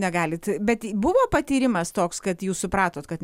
negalit bet buvo patyrimas toks kad jūs supratot kad